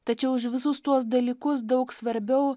tačiau už visus tuos dalykus daug svarbiau